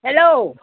hello